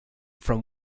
from